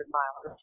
miles